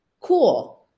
Cool